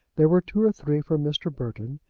there were two or three for mr. burton,